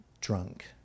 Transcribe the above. drunk